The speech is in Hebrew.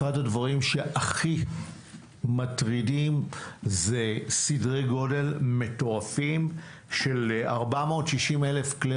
אחד הדברים שהכי מטרידים זה סדרי גודל מטורפים של 460,000 כלי